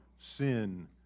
sin